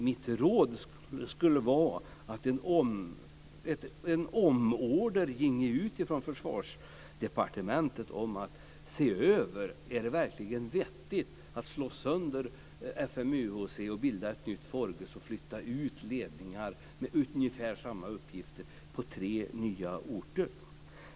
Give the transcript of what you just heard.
Mitt råd är att en kontraorder går ut från Försvarsdepartementet om att se över detta. Är det verkligen vettigt att slå sönder FMUHC, bilda ett nytt Forgus och flytta ut ledningar med ungefär samma uppgifter på tre nya orter?